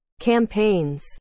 campaigns